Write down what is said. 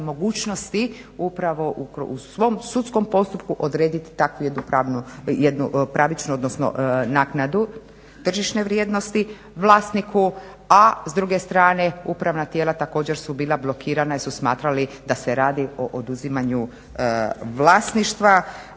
mogućnosti upravo u svom sudskom postupku odrediti takvu jednu pravičnu naknadu tržišne vrijednosti vlasniku a s druge strane upravna tijela također su bila blokirana jer su smatrali da se radi o oduzimanju vlasništva.